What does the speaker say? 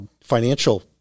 financial